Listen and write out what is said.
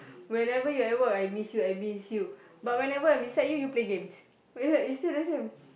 whenever you at work I miss you I miss you but whenever I'm beside you you play games might as well it's still the same